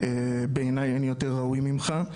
בעיני אין יותר ראוי ממך.